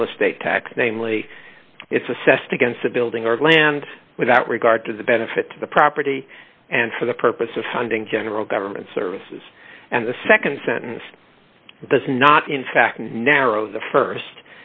real estate tax namely it's assessed against a building or land without regard to the benefit to the property and for the purpose of finding general government services and the nd sentence does not in fact narrow the